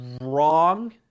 wrong